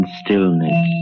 stillness